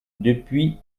depuis